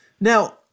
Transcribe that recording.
Now